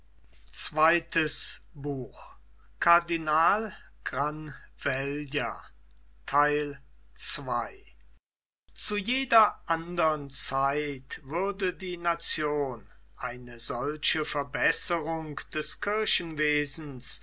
granvella zu jeder anderen zeit würde die nation eine solche verbesserung des